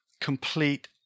complete